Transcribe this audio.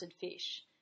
fish